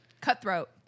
Cutthroat